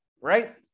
right